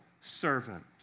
servant